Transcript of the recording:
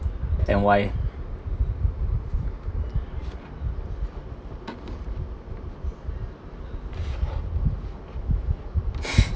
and why